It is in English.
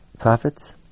prophets